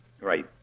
Right